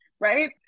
Right